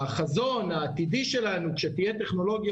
החזון העתידי שלנו כשתהיה טכנולוגיה